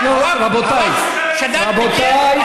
רבותיי, רבותיי.